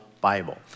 Bible